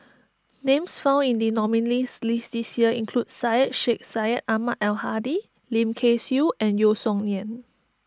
names found in the nominees' list this year include Syed Sheikh Syed Ahmad Al Hadi Lim Kay Siu and Yeo Song Nian